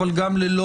אבל גם ללא